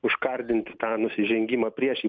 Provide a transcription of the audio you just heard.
užkardinti tą nusižengimą prieš jį